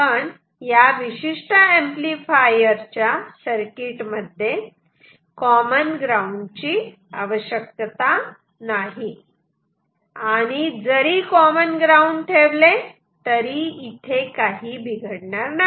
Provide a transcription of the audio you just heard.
या विशिष्ट एम्पलीफायर च्या सर्किट मध्ये कॉमन ग्राउंड ची आवश्यकता नाही आणि जरी कॉमन ग्राउंड ठेवले तरी इथे काही बिघडणार नाही